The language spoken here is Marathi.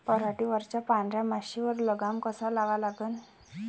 पराटीवरच्या पांढऱ्या माशीवर लगाम कसा लावा लागन?